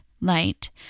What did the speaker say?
light